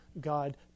God